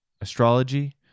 astrology